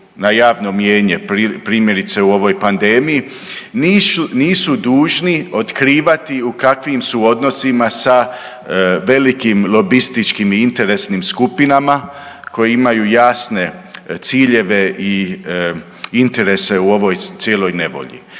na javno mnijenje primjerice u ovoj pandemiji nisu dužni otkrivati u kakvim su odnosima sa velikim lobističkim i interesnim skupinama koji imaju jasne ciljeve i interese u ovoj cijeloj nevolji.